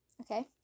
Okay